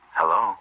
hello